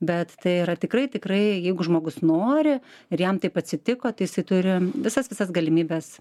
bet tai yra tikrai tikrai jeigu žmogus nori ir jam taip atsitiko tai jisai turi visas visas galimybes